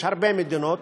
יש הרבה מדינות,